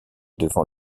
devant